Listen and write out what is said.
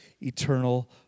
eternal